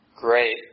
great